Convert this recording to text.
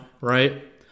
right